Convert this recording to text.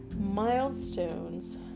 milestones